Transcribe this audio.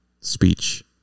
speech